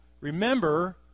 remember